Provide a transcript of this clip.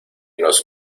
nos